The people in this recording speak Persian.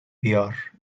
بیار